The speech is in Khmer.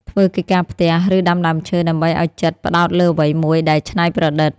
ធ្វើកិច្ចការផ្ទះ ឬដាំដើមឈើ ដើម្បីឱ្យចិត្តផ្ដោតលើអ្វីមួយដែលច្នៃប្រឌិត។